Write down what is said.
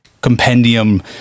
compendium